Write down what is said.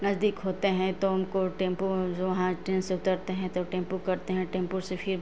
नज़दीक होते हैं तो उनको टेम्पू जो हैं ट्रेन से उतरते हैं तो टेम्पू करते हैं टेम्पू से फिर